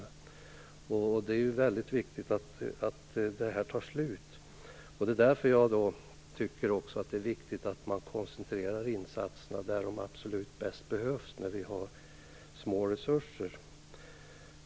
Det är väldigt viktigt att detta tar slut. Det är därför jag tycker att det är viktigt att man koncentrerar insatserna dit de absolut bäst behövs när vi har små resurser.